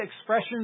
expressions